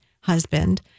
husband